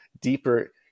deeper